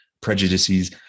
prejudices